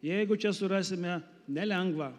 jeigu čia surasime nelengvą